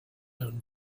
own